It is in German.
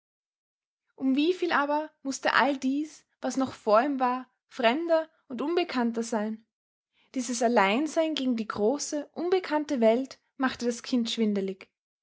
um wieviel aber mußte all dies was noch vor ihm war fremder und unbekannter sein dieses alleinsein gegen die große unbekannte welt machte das kind schwindelig